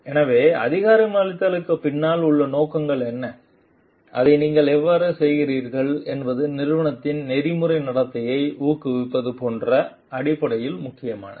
எனவே அதிகாரமளித்தலுக்குப் பின்னால் உங்கள் நோக்கம் என்ன அதை நீங்கள் எவ்வாறு செய்கிறீர்கள் என்பது நிறுவனத்தில் நெறிமுறை நடத்தையை ஊக்குவிப்பது போன்ற அடிப்படையில் முக்கியமானது